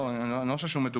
לא, אני לא חושב שהוא מתוגמל.